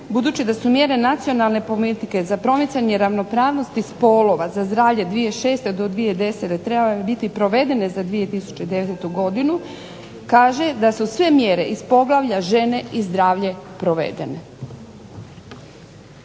budući da su mjere Nacionalne politike za promicanje ravnopravnosti spolova za zdravlje 2006. do 2010. trebale biti provedene za 2010. godinu, kaže da su sve mjere iz poglavlja žene i zdravlje provedene.